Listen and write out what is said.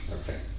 Okay